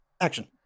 Action